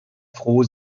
froh